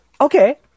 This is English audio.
okay